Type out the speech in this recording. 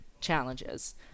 challenges